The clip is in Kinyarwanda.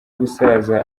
gusaza